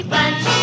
Bunch